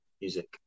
music